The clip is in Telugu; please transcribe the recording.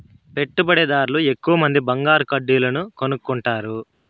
పెట్టుబడిదార్లు ఎక్కువమంది బంగారు కడ్డీలను కొనుక్కుంటారు